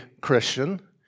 Christian